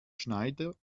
schneider